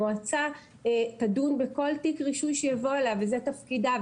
המועצה תדון בכל תיק רישוי שיבוא אליה וזה תפקידה,